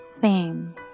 theme